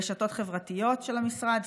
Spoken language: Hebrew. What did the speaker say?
רשתות חברתיות של המשרד,